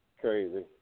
Crazy